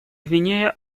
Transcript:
гвинея